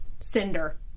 Cinder